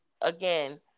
again